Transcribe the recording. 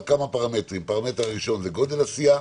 כמה פרמטרים: הפרמטר הראשון זה גודל הסיעה,